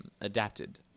adapted